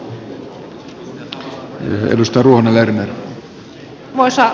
arvoisa puhemies